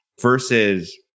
versus